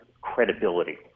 credibility